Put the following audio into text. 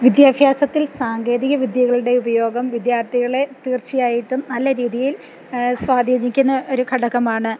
വിദ്യാഭ്യാസത്തിൽ സാങ്കേതികവിദ്യകളുടെ ഉപയോഗം വിദ്യാർത്ഥികളെ തീർച്ചയായിട്ടും നല്ല രീതിയിൽ സ്വാധീനിക്കുന്ന ഒരു ഘടകമാണ്